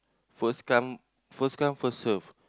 first come first come first serve